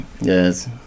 Yes